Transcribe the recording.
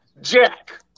Jack